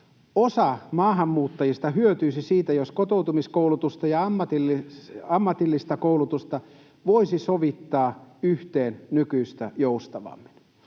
Osa maahanmuuttajista hyötyisi siitä, jos kotoutumiskoulutusta ja ammatillista koulutusta voisi sovittaa yhteen nykyistä joustavammin.